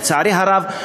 לצערי הרב,